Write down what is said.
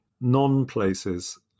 Non-Places